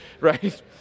right